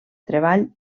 treball